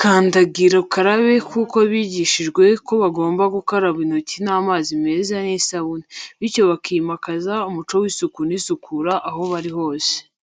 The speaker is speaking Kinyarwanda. kandagira ukarabe kuko bigishijwe ko bagomba gukaraba intoki n'amazi meza n'isabune, bityo bakimakaza umuco w'isuku n'isukura aho bari hose.